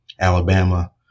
Alabama